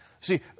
See